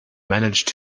managed